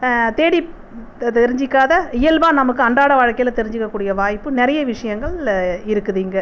தேடி தெரிஞ்சுக்காத இயல்பாக நமக்கு அன்றாட வாழ்க்கையில் தெரிஞ்சுக்கக் கூடிய வாய்ப்பு நிறைய விஷயங்கள் இருக்குது இங்கே